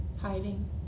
hiding